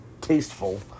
tasteful